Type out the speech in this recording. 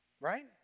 Right